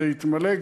זה יתמלא,